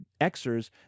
Xers